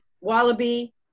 Wallaby